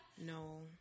No